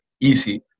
easy